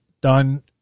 done